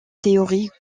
théorie